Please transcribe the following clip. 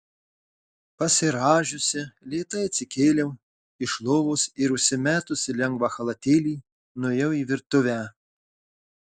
pasirąžiusi lėtai atsikėliau iš lovos ir užsimetusi lengvą chalatėlį nuėjau į virtuvę